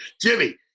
Jimmy